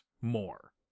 more